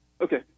Okay